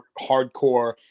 hardcore